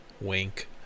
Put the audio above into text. wink